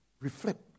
reflect